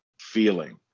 feeling